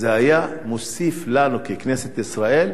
זה היה מוסיף לנו, ככנסת ישראל,